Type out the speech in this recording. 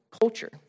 culture